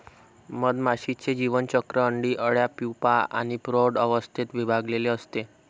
मधमाशीचे जीवनचक्र अंडी, अळ्या, प्यूपा आणि प्रौढ अवस्थेत विभागलेले असते